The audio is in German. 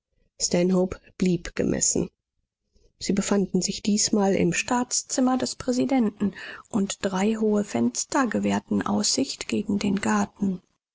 blieb gemessen sie befanden sich diesmal im staatszimmer des präsidenten und drei hohe fenster gewährten aussicht gegen den garten